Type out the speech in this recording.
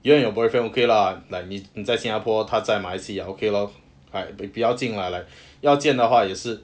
you and your boyfriend okay lah like 你你在新加坡他在马来西亚 okay lor correct 比较近 lah 要见的话也是